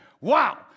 wow